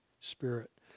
Spirit